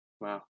Wow